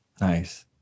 Nice